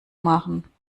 machen